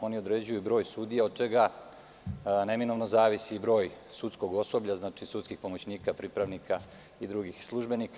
Oni određuju broj sudija, od čega neminovno zavisi broj sudskog osoblja, sudskih pomoćnika i pripravnika i drugih službenika.